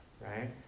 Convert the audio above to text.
right